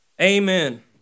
Amen